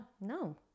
no